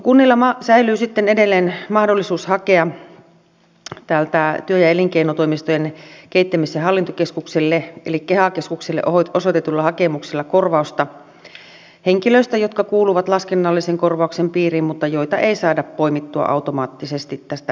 kunnilla säilyy sitten edelleen mahdollisuus hakea työ ja elinkeinotoimistojen kehittämis ja hallintokeskukselle eli keha keskukselle osoitetulla hakemuksella korvausta henkilöistä jotka kuuluvat laskennallisen korvauksen piiriin mutta joita ei saada poimittua automaattisesti tästä tietojärjestelmästä